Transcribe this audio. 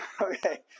Okay